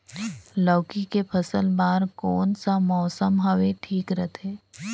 लौकी के फसल बार कोन सा मौसम हवे ठीक रथे?